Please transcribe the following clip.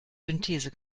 synthese